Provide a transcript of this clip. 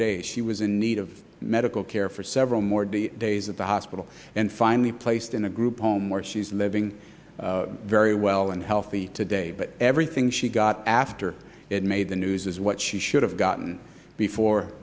days she was in need of medical care for several more days at the hospital and finally placed in a group home where she's living very well and healthy today but everything she got after it made the news as what she should have gotten before